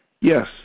Yes